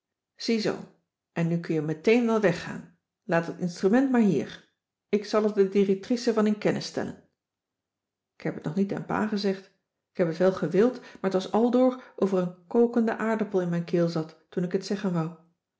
ziezoo en nu kun je meteen wel weggaan laat dat instrument maar hier ik zal er de directrice van in kennis stellen ik heb t nog niet aan pa gezegd ik heb t wel gewild maar t was aldoor of er een kokende aardappel in mijn keel zat toen ik t zeggen wou